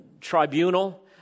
tribunal